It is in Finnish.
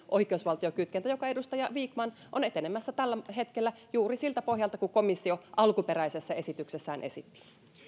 oikeusvaltiokytkentä joka edustaja vikman on etenemässä tällä hetkellä juuri siltä pohjalta kuin komissio alkuperäisessä esityksessään esitti